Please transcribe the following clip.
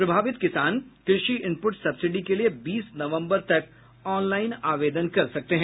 प्रभावित किसान कृषि इनपुट सब्सिडी के लिए बीस नवंबर तक ऑनलाइन आवेदन कर सकते हैं